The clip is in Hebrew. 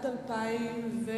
כאן אני מתכוון,